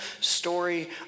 story